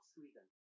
Sweden